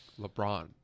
lebron